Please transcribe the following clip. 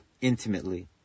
intimately